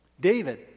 David